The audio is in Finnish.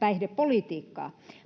päihdepolitiikkaa.